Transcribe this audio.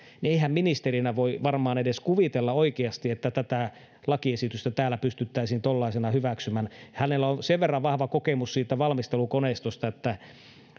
ei hän ministerinä voi varmaan edes kuvitella oikeasti että tätä lakiesitystä täällä pystyttäisiin tuollaisena hyväksymään hänellä on sen verran vahva kokemus siitä valmistelukoneistosta että